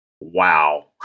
wow